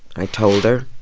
i told her.